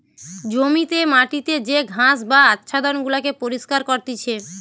জমিতে মাটিতে যে ঘাস বা আচ্ছাদন গুলাকে পরিষ্কার করতিছে